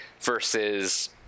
versus